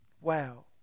Wow